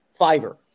Fiverr